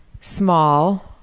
small